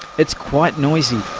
it's quite noisy.